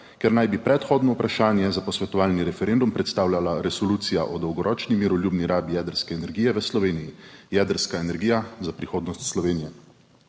ker naj bi predhodno vprašanje za posvetovalni referendum predstavljala resolucija o dolgoročni miroljubni rabi jedrske energije v Sloveniji jedrska energija za prihodnost Slovenije.